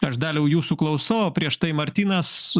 aš daliau jūsų klausau o prieš tai martynas